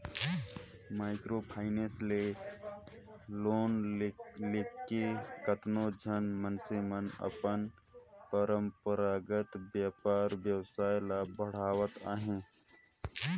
micro finance ले loan लेके केतनो झन मइनसे मन अपन परंपरागत बयपार बेवसाय ल बढ़ावत अहें